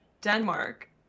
Denmark